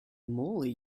moly